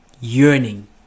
yearning